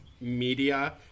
media